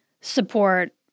support